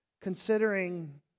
Considering